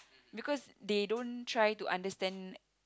because they don't try to understand